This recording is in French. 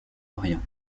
orient